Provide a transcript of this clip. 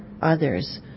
others